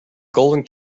golden